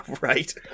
right